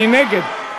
מי נגד?